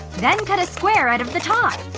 then cut a square out of the top.